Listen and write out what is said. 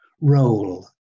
roll